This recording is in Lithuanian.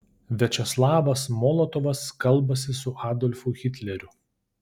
viačeslavas molotovas kalbasi su adolfu hitleriu